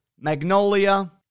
magnolia